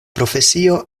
profesio